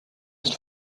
ist